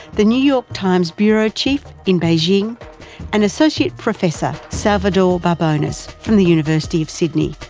the new york times bureau chief in beijing and associate professor salvatore babones from the university of sydney.